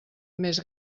més